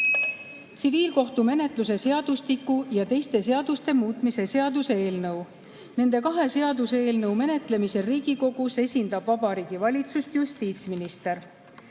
tsiviilkohtumenetluse seadustiku ja teiste seaduste muutmise seaduse eelnõu. Nende kahe seaduseelnõu menetlemisel Riigikogus esindab Vabariigi Valitsust justiitsminister.